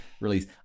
release